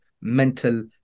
mental